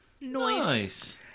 Nice